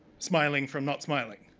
smiling from not smiling.